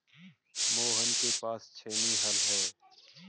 मोहन के पास छेनी हल है